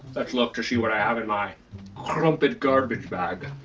let's look to see what i have in my crumpit garbage bag.